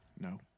No